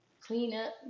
cleanup